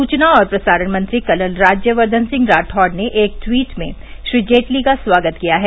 सुचना और प्रसारण मंत्री कर्नल राज्यवर्द्दन सिंह रातौर ने एक ट्वीट में श्री जेटली का स्वागत किया है